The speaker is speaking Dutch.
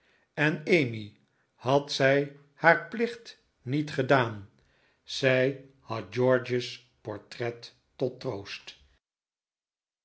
en emmy had zij haar plicht niet gedaan zij had george's portret tot troost